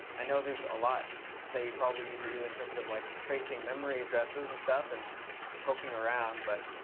i know there's a lot that you probably need to do in terms of like tracing memory addresses and stuff and poking around. but